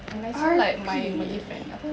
R_P